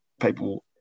people